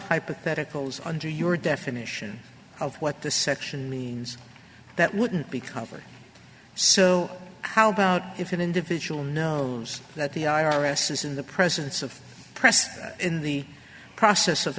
hypotheticals under your definition of what the section means that wouldn't be covered so how about if an individual knows that the i r s is in the presence of press in the process of